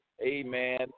amen